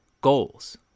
goals